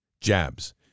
jabs